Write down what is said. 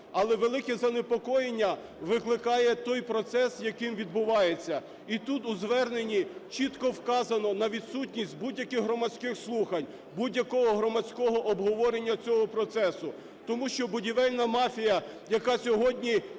Але велике занепокоєння викликає той процес, який відбувається. І тут у зверненні чітко вказано на відсутність будь-яких громадських слухань, будь-якого громадського обговорення цього процесу. Тому що будівельна мафія, яка сьогодні